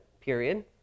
period